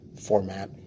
format